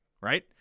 right